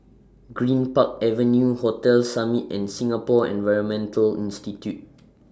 Greenpark Avenue Hotel Summit and Singapore Environment Institute